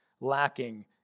lacking